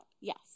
Yes